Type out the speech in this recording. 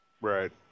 Right